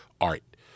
art